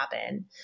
happen